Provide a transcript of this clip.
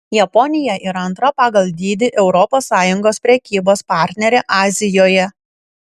japonija yra antra pagal dydį europos sąjungos prekybos partnerė azijoje